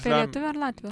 čia lietuvių ar latvių